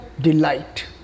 delight